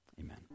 amen